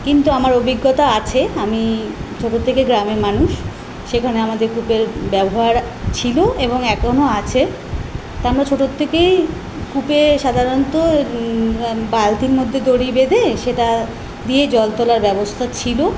কিন্তু আমার অভিজ্ঞতা আছে আমি ছোটো থেকেই গ্রামে মানুষ সেখানে আমাদের কূপের ব্যবহার ছিলো এবং একনো আছে আমরা ছোটো ত্থেকেই কূপে সাধারণত বালতির মধ্যে দড়ি বেঁধে সেটা দিয়ে জল তোলার ব্যবস্তা ছিলো